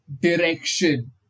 direction